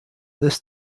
this